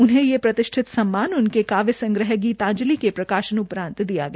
उन्हें ये प्रतिष्ठित सम्मान उनके काव्य संग्रह गीताजलि के प्रकाशन उपरान्त दिया गया